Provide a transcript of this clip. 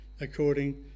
according